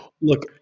Look